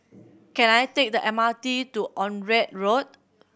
can I take the M R T to Onraet Road